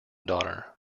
daughter